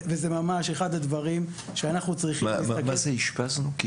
זה ממש אחד הדברים שאנחנו צריכים להסתכל --- מה זה אשפזנו?